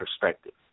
perspective